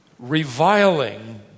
Reviling